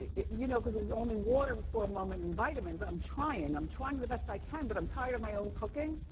you know, cause it was only water for a moment and vitamins. i'm trying, i'm trying the best i can, but i'm tired of my own cooking,